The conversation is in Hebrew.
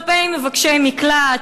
כלפי מבקשי מקלט,